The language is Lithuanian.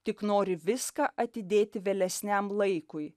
tik nori viską atidėti vėlesniam laikui